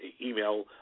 email